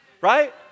right